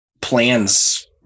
plans